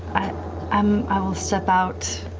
um i will step out